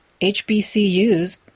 HBCUs